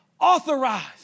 authorized